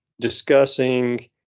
discussing